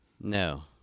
No